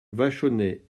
vachonnet